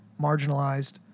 marginalized